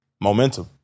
momentum